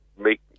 make